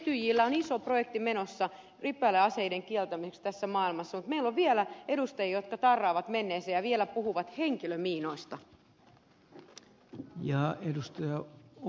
etyjillä on iso projekti menossa rypäleaseiden kieltämiseksi tässä maailmassa mutta meillä on vielä edustajia jotka tarraavat menneeseen ja vielä puhuvat henkilömiinoista